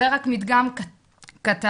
זה רק מדגם קטן.